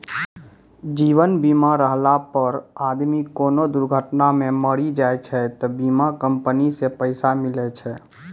जीवन बीमा रहला पर आदमी कोनो दुर्घटना मे मरी जाय छै त बीमा कम्पनी से पैसा मिले छै